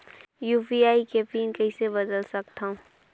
UPI के PIN कइसे बदल सकथव?